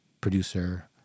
producer